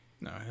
No